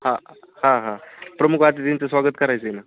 हां हां हां प्रमुख अतिथींचं स्वागत करायचं आहे ना